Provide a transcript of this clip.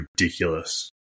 ridiculous